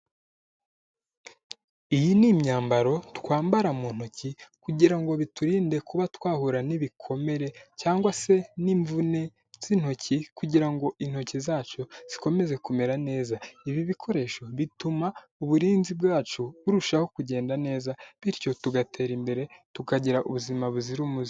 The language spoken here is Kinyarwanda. Iyi ni imyambaro twambara mu ntoki kugira ngo biturinde kuba twahura n'ibikomere, cyangwa se n'imvune z'intoki, kugira ngo intoki zacu zikomeze kumera neza. Ibi bikoresho bituma uburinzi bwacu burushaho kugenda neza, bityo tugatera imbere, tukagira ubuzima buzira umuze.